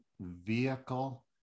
vehicle